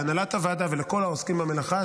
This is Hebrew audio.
להנהלת הוועדה ולכל העוסקים במלאכה,